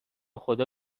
خدا